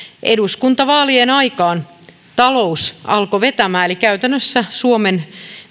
eduskuntavaalien aikaan talous alkoi vetämään eli käytännössä suomen